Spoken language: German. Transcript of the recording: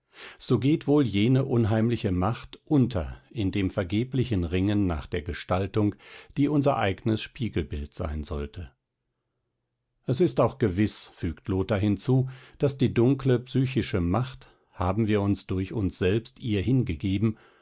so geht wohl jene unheimliche macht unter in dem vergeblichen ringen nach der gestaltung die unser eignes spiegelbild sein sollte es ist auch gewiß fügt lothar hinzu daß die dunkle psychische macht haben wir uns durch uns selbst ihr hingegeben